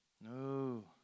no